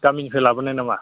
गामिनिफ्राय लाबोनाय नामा